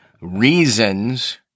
reasons